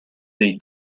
dei